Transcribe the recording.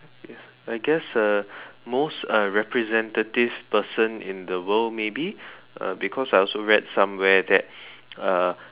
ya I guess uh most uh representative person in the world maybe uh because I also read somewhere that uh